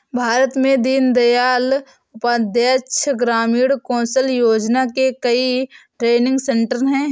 भारत में दीन दयाल उपाध्याय ग्रामीण कौशल योजना के कई ट्रेनिंग सेन्टर है